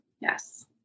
Yes